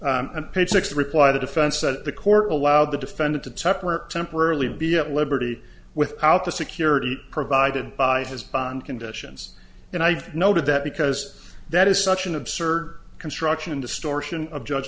of page six the reply the defense that the court allowed the defendant to tupper temporarily be at liberty without the security provided by his bond conditions and i noted that because that is such an absurd construction distortion of judge